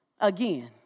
again